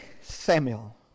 Samuel